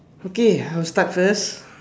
okay I'll start first